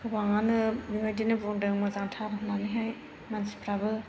गोबाङानो बेबायदिनो बुंदों मोजांथार होननानैहाय मानसिफ्राबो